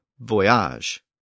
voyage